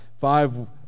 five